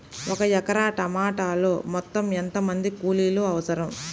ఒక ఎకరా టమాటలో మొత్తం ఎంత మంది కూలీలు అవసరం?